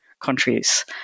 countries